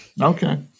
Okay